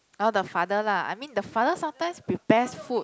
oh the father lah I mean the father sometimes prepares food